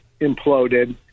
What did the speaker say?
imploded